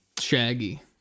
Shaggy